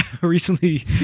Recently